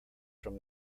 from